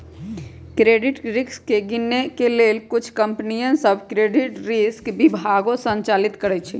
credit risk के गिनए के लेल कुछ कंपनि सऽ क्रेडिट रिस्क विभागो संचालित करइ छै